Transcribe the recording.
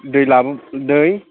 दै लाबो दै